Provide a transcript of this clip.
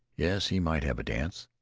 yes, he might have a dance.